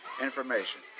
information